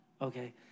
okay